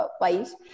wise